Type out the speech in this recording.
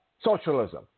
socialism